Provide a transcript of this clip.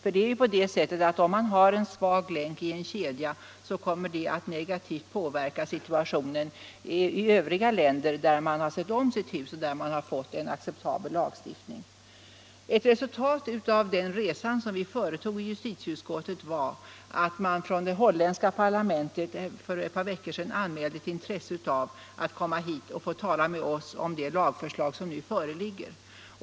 Om det är en svag länk i en kedja, så kommer det att negativt påverka situationen i övriga länder där man har sett om sitt hus och där man har fått en acceptabel lagstiftning. Ett resultat av denna resa, som vi i justitieutskottet företog, var att man från det holländska parlamentet för ett par veckor sedan anmälde intresse av att få komma hit och tala med oss om det lagförslag som nu föreligger.